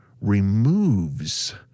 removes